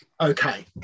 okay